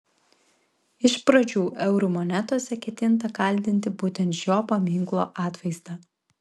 iš pradžių eurų monetose ketinta kaldinti būtent šio paminklo atvaizdą